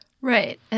Right